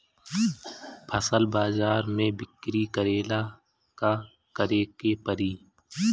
फसल बाजार मे बिक्री करेला का करेके परी?